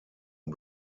und